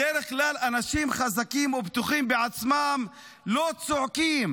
בדרך כלל אנשים חזקים ובטוחים בעצמם לא צועקים,